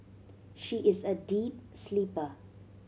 she is a deep sleeper